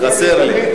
חסר לי.